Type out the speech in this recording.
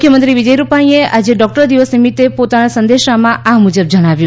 મુખ્યમંત્રી વિજય રૂપાણીએ આજે ડોક્ટર દિવસ નિમિત્તે પોતાના સંદેશમા આ મુજબ જણાવ્યું